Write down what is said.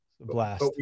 blast